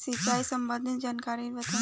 सिंचाई संबंधित जानकारी बताई?